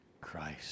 Christ